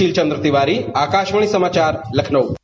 सुशील चंद्र तिवारी आकाशवाणी समाचार लखनऊ